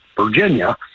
Virginia